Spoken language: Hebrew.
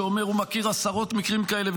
שאומר שהוא מכיר עשרות מקרים כאלה,